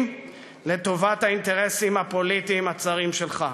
לטובת האינטרסים הפוליטיים הצרים שלך.